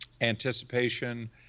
anticipation